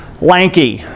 lanky